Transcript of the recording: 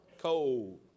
Cold